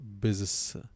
business